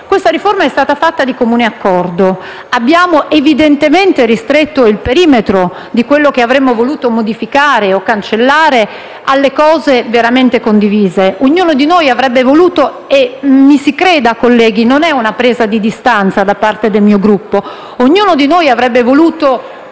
questa riforma è stata fatta di comune accordo. Abbiamo evidentemente ristretto il perimetro di quello che avremmo voluto modificare o cancellare alle cose veramente condivise. Ognuno di noi avrebbe voluto - credetemi, colleghi, la mia non è una presa di distanza dal mio Gruppo - scrivere in